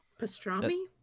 pastrami